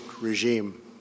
regime